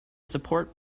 support